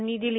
यांनी दिली